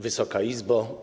Wysoka Izbo!